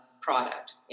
product